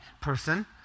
person